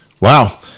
wow